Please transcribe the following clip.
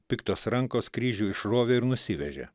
piktos rankos kryžių išrovė ir nusivežė